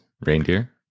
reindeer